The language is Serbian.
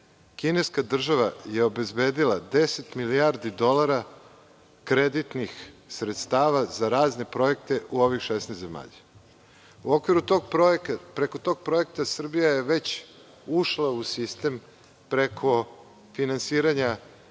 kineska država je obezbedila 10 milijardi dolara kreditnih sredstava za razne projekte u ovih 16 zemalja. Preko tog projekta Srbija je već ušla u sistem preko finansiranja